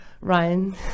Ryan